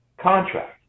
contract